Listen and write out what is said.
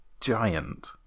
giant